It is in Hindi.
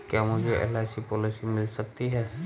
क्या मुझे एल.आई.सी पॉलिसी मिल सकती है?